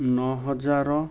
ନଅ ହଜାର